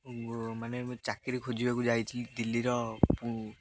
ମାନେ ଚାକିରି ଖୋଜିବାକୁ ଯାଇଥିଲି ଦିଲ୍ଲୀର ପୁ